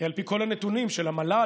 על פי כל הנתונים של המל"ל,